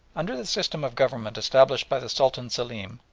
under the system of government established by the sultan selim,